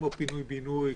כמו פינוי-בינוי,